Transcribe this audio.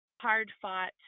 hard-fought